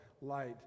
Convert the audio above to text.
light